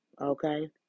Okay